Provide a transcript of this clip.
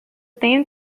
tenho